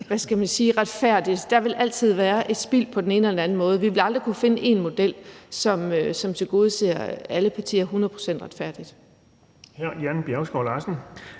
er sådan helt retfærdig. Der vil altid være et spild på den ene eller den anden måde. Vi vil aldrig kunne finde en model, som tilgodeser alle partier hundrede procent retfærdigt.